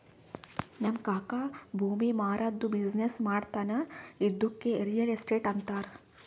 ನಮ್ ಕಾಕಾ ಭೂಮಿ ಮಾರಾದ್ದು ಬಿಸಿನ್ನೆಸ್ ಮಾಡ್ತಾನ ಇದ್ದುಕೆ ರಿಯಲ್ ಎಸ್ಟೇಟ್ ಅಂತಾರ